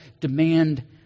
demand